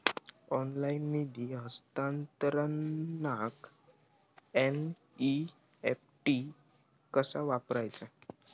Online निधी हस्तांतरणाक NEFT कसा वापरायचा?